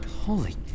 Holy